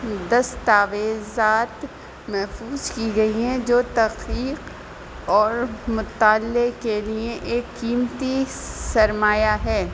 دستاویزات محفوظ کی گئی ہیں جو تحقیق اور مطالعے کے لیے ایک قیمتی سرمایہ ہے